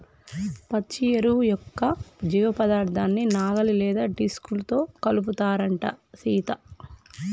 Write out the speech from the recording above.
పచ్చి ఎరువు యొక్క జీవపదార్థాన్ని నాగలి లేదా డిస్క్ తో కలుపుతారంటం సీత